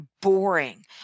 boring